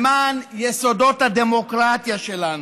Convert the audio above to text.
למען יסודות הדמוקרטיה שלנו,